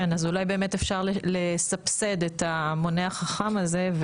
אז אולי באת אפשר לסבסד את המונה החכם הזה?